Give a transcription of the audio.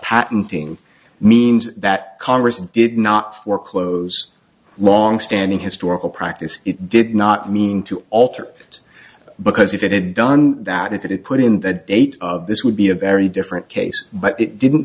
patenting means that congress did not foreclose longstanding historical practice it did not mean to alter it because if it had done that if it had put in that date this would be a very different case but it didn't